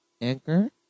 Anchor